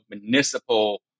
municipal